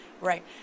Right